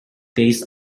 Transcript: based